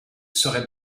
serait